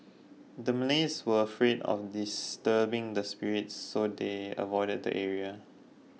the Malays were afraid of disturbing the spirits so they avoided the area